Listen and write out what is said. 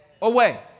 Away